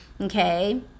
okay